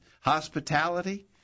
hospitality